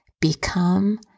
become